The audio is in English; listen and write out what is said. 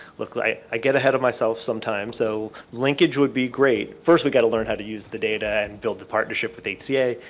look i get ahead of myself sometimes so, linkage would be great, first we gotta learn how to use the data and build a partnership with hca,